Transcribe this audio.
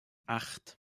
acht